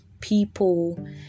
people